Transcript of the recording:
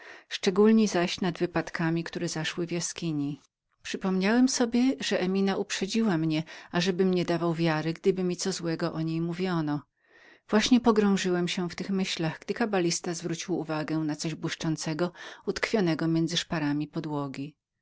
szczególniej zaś nad wypadkami doświadczonemi w jaskini przypomniałem sobie że emina uprzedziła mnie żebym nie dawał wiary gdyby mi co złego o niej mówiono właśnie pogrążyłem się w tych myślach gdy kabalista zwrócił moją uwagę na coś błyszczącego utkwionego między szparami podłogi